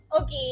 Okay